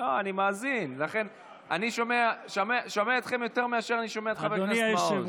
אני שומע אתכם יותר מאשר אני שומע את חבר הכנסת מעוז.